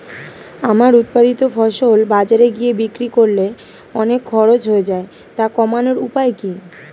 আমার উৎপাদিত ফসল বাজারে গিয়ে বিক্রি করলে অনেক খরচ হয়ে যায় তা কমানোর উপায় কি?